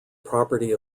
property